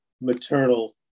maternal